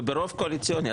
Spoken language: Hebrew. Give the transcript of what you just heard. וברוב קואליציוני.